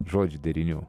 žodžių derinių